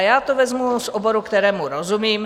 Já to vezmu z oboru, kterému rozumím.